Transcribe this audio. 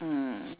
mm